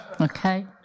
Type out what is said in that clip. okay